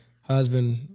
Husband